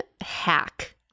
hack